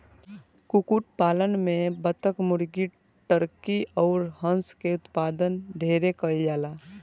कुक्कुट पालन में बतक, मुर्गी, टर्की अउर हंस के उत्पादन ढेरे कईल जाला